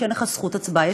כשאין לך זכות הצבעה.